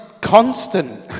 constant